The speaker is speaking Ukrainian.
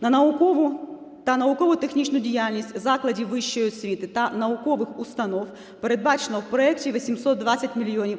На наукову та науково-технічну діяльність закладів вищої освіти та наукових установ передбачено в проекті 820 мільйонів